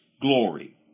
glory